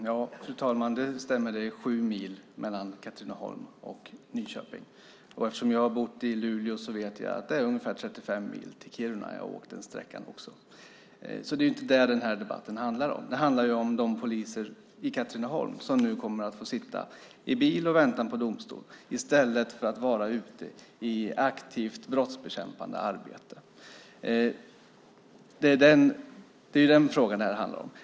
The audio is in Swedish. Fru talman! Det stämmer att det är sju mil mellan Katrineholm och Nyköping, och eftersom jag bott i Luleå vet jag att det är ungefär 35 mil till Kiruna. Jag har åkt den sträckan. Det är alltså inte det debatten handlar om. Debatten handlar om de poliser i Katrineholm som nu kommer att få sitta i bilen i väntan på domstol i stället för att vara ute i aktivt brottsbekämpande arbete. Det är vad det handlar om.